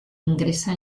ingresa